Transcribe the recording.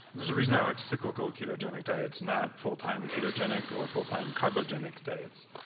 there's a reason i like cyclical ketogenic diets, not full time ketogenic or full-time carbogenic diets.